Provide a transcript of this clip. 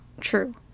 true